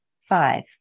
Five